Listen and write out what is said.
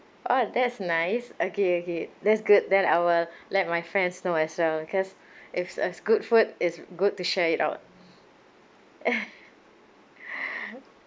oh that's nice okay okay that's good then I will let my friends know as well because if it's a good food it's good to share it out